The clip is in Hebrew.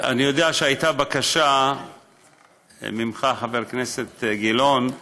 אני יודע שהייתה בקשה ממך, חבר הכנסת גילאון,